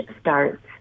starts